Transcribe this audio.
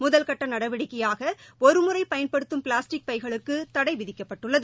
முதல்கட்ட நடவடிக்கையாக ஒருமுறை பயன்படுத்தும் பிளாஸ்டிக் பைகளுக்கு தடை விதிக்கப்படவுள்ளது